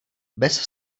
bez